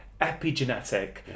epigenetic